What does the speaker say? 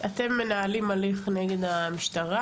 אתם מנהלים הליך נגד המשטרה?